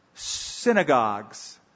Synagogues